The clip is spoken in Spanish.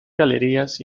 galerías